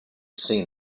seen